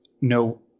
no